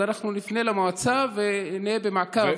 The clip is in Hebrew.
אוקיי, אז אנחנו נפנה למועצה ונהיה במעקב.